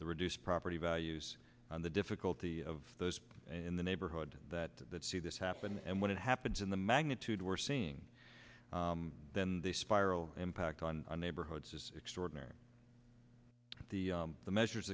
the reduced property values on the difficulty of those in the neighborhood that see this happen and when it happens in the magnitude we're seeing then the spiral impact on our neighborhoods is extraordinary the the measures